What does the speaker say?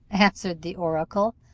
answered the oracle.